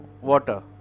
water